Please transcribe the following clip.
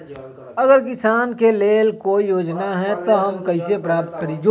अगर किसान के लेल कोई योजना है त हम कईसे प्राप्त करी?